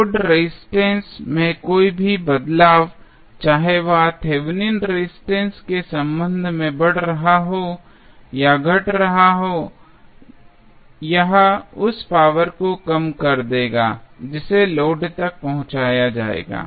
load resistance में कोई भी बदलाव चाहे वह थेवेनिन रेजिस्टेंस के संबंध में बढ़ रहा हो या घट रहा हो यह उस पावर को कम कर देगा जिसे लोड तक पहुंचाया जाएगा